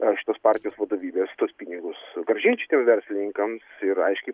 aš tos partijos vadovybės tuos pinigus grąžinčiau tiem verslininkams ir aiškiai